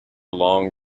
long